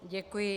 Děkuji.